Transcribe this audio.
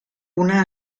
una